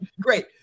great